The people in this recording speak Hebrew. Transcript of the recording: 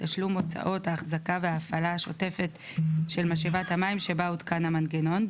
בתשלום הוצאות ההחזקה וההפעלה השוטפת של משאבת המים שבה הותקן המנגנון,